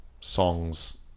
Songs